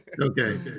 Okay